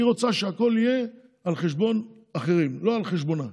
והיא רוצה שהכול יהיה על חשבון אחרים ולא על חשבונה.